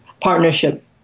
partnership